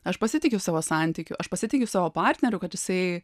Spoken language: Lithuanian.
aš pasitikiu savo santykiu aš pasitikiu savo partneriu kad jisai